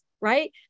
right